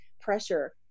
pressure